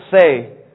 say